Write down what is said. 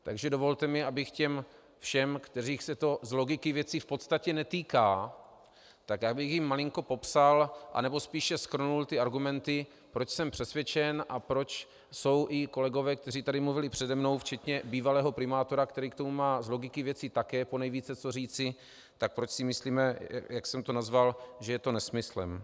Takže dovolte mi, abych těm všem, kterých se to z logiky věci v podstatě netýká, malinko popsal, anebo spíše shrnul argumenty, proč jsem přesvědčen a proč jsou i kolegové, kteří tady mluvili přede mnou, včetně bývalého primátora, který k tomu má z logiky věci také ponejvíce co říci, proč si myslíme, jak jsem to nazval, že je to nesmysl.